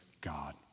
God